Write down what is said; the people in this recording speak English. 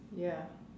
ya